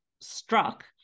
struck